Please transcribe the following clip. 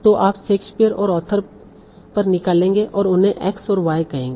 तो आप शेक्सपियर और ऑथर पर निकालेंगे और उन्हें x और y कहेंगे